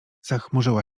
zachmurzyła